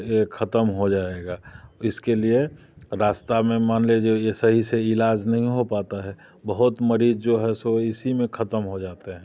खत्म हो जाएगा इसके लिए रास्ता में मान लीजिए यह सही से इलाज नहीं हो पाता है बहुत मरीज जो है सो इसी में खत्म हो जाते हैं